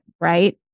right